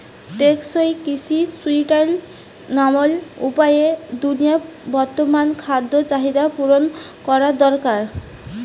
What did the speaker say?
টেকসই কৃষি সুস্টাইনাবল উপায়ে দুনিয়ার বর্তমান খাদ্য চাহিদা পূরণ করা দরকার